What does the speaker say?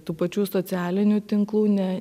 tų pačių socialinių tinklų ne